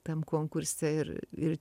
tam konkurse ir ir